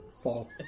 fall